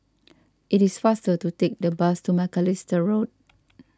it is faster to take the bus to Macalister Road